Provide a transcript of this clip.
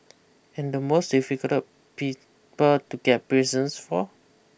and the most difficult people to get presents for